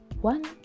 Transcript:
one